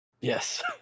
Yes